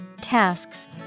tasks